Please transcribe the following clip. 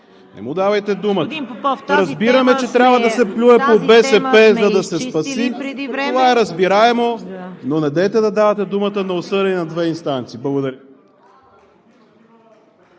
време. ФИЛИП ПОПОВ: Разбираме, че трябва да се плюе по БСП, за да се спаси – това е разбираемо, но недейте да давате думата на осъдени на две инстанции. Благодаря.